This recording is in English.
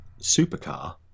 supercar